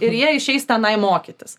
ir jie išeis tenai mokytis